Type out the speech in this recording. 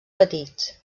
petits